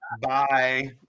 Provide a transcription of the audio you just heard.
Bye